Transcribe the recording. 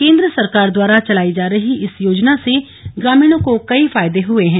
केन्द्र सरकार द्वारा चलाई जा रही इस योजना से ग्रामीणों को कई फायदे हुए हैं